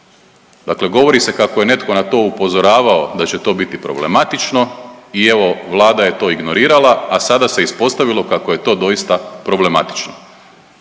Dakle govori se kako je netko na to upozoravao, da će to biti problematično i evo, Vlada je to ignorirala, a sada se ispostavilo kako je to doista problematično.